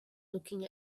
looking